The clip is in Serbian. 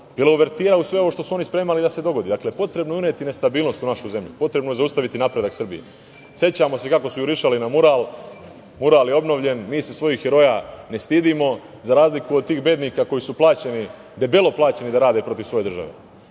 bila uvertira u ono što su spremali. Dakle, potrebno je uneti nestabilnost u našu zemlju, potrebno je zaustaviti napredak Srbije. Sećamo se kako su jurišali na mural. Mural je obnovljen i mi se svojih heroja ne stidimo, za razliku od tih bednika koji su plaćeni, debelo plaćeni da rade protiv svoje države.